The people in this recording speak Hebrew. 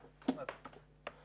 בבקשה.